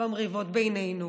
במריבות בינינו,